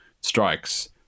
strikes